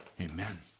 Amen